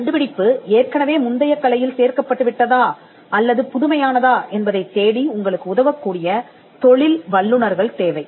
கண்டுபிடிப்பு ஏற்கனவே முந்தைய கலையில் சேர்க்கப்பட்டு விட்டதா அல்லது புதுமையானதா என்பதைத் தேடி உங்களுக்கு உதவக்கூடிய தொழில் வல்லுனர்கள் தேவை